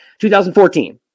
2014